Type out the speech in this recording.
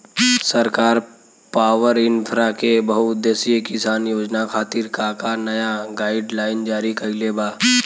सरकार पॉवरइन्फ्रा के बहुउद्देश्यीय किसान योजना खातिर का का नया गाइडलाइन जारी कइले बा?